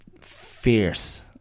fierce